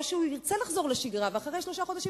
או שהוא ירצה לחזור לשגרה ואחרי שלושה חודשים